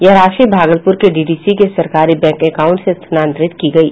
यह राशि भागलपुर के डीडीसी के सरकारी बैंक अकाउंट से स्थानांतरित की गयी